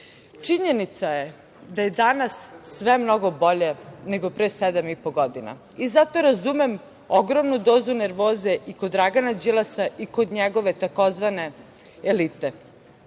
dinara. Činjenica je da je danas sve mnogo bolje nego pre 7,5 godina i zato razumem ogromnu dozu nervoze i kod Dragana Đilasa i kod njegove tzv. elite. Oni